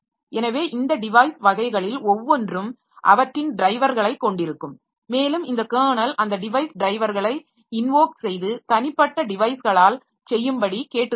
எனவே இந்த டிவைஸ் வகைகளில் ஒவ்வொன்றும் அவற்றின் டிரைவர்களைக் கொண்டிருக்கும் மேலும் இந்த கெர்னல் அந்த டிவைஸ் டிரைவர்களை இன்வோக் செய்து தனிப்பட்ட டிவைஸ்களால் செய்யும்படி கேட்டுக்கொள்ளும்